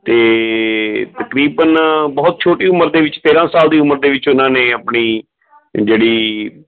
ਅਤੇ ਤਕਰੀਬਨ ਬਹੁਤ ਛੋਟੀ ਉਮਰ ਦੇ ਵਿੱਚ ਤੇਰ੍ਹਾਂ ਸਾਲ ਦੀ ਉਮਰ ਦੇ ਵਿੱਚ ਉਹਨਾਂ ਨੇ ਆਪਣੀ ਜਿਹੜੀ